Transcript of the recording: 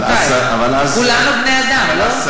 אבל אז, כולנו בני-אדם, לא?